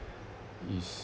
is